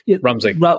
Ramsey